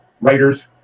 writers